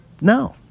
No